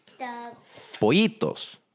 Pollitos